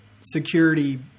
security